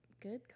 Good